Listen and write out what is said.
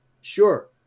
sure